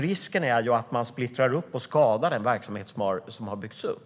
Risken är att man splittrar upp och skadar den verksamhet som har byggts upp.